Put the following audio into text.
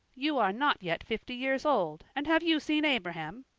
you are not yet fifty years old, and have you seen abraham?